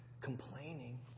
complaining